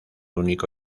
único